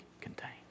contained